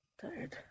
Tired